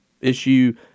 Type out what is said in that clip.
issue